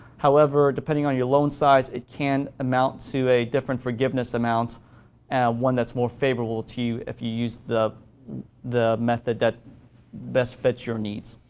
however, depending on your loan size, it can amount to a different forgiveness amount one that's more favorable to you if you use the the method that best fits your needs.